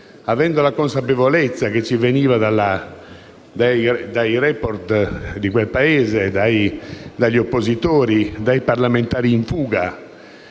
avendo la consapevolezza, che ci veniva dai *report* di quel Paese, dagli oppositori e dai parlamentari in fuga,